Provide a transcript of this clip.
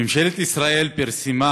ממשלת ישראל פרסמה